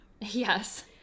yes